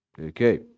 okay